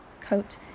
coat